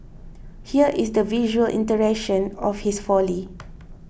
here is the visual iteration of his folly